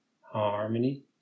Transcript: harmony